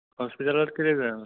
হস্পিতালত কেলে যাৱ